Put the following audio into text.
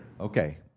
Okay